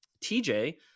tj